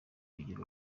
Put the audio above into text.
bigira